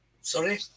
Sorry